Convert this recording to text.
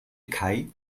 kai